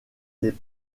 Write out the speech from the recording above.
des